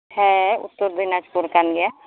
ᱦᱮᱸ ᱩᱛᱛᱚᱨ ᱫᱤᱱᱟᱡᱽᱯᱩᱨ ᱠᱟᱱ ᱜᱮᱭᱟ